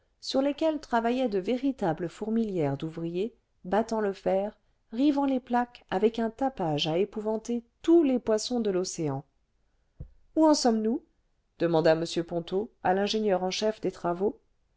sur lesquels travaillaient de véritables fourmilières d'ouvriers battant le fer rivant les plaques avec un tapage à épouvanter tous les poissons de l'océan où en sommes-nous demanda m ponto à l'ingénieur en chef destravaux